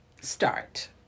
Start